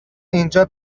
اینجا